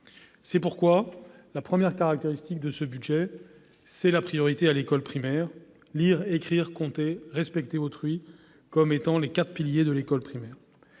C'est pourquoi la première caractéristique de ce budget est la priorité donnée à l'école primaire : lire, écrire, compter et respecter autrui sont les quatre piliers du primaire.